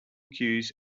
cues